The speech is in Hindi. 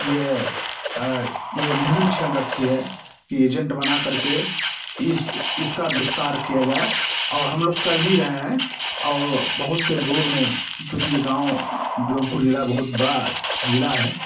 ये ये मुहिम छेड़ रखी है कि एजेंट बना करके इस्स इसका विस्तार किया जाए और हम लोग कर भी रहे हैं अ बहुत से दूर में चूँकि ये गाँव आ जोनपुर जिला बहुत बड़ा जिला है